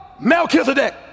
Melchizedek